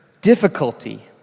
difficulty